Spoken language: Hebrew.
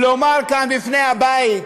לדבר כאן בפני הבית,